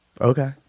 Okay